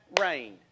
rain